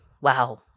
Wow